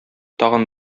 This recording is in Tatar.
тагын